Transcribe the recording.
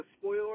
spoiler